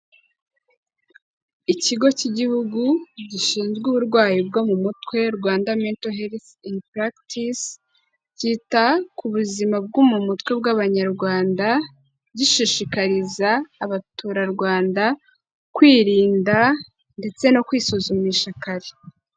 Ikigo cy'igihugu gishinzwe uburwayi bwo mu mutwe Rwanda mento helisi ini purakitise, cyita ku buzima bwo mu mutwe bw'abanyarwanda gishishikariza abaturarwanda kwirinda ndetse no kwisuzumisha kare.